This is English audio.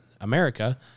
America